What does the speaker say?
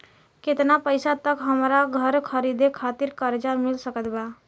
केतना पईसा तक हमरा घर खरीदे खातिर कर्जा मिल सकत बा?